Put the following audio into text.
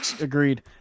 agreed